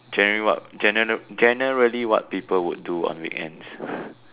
generally what gene~ generally what people would do on weekends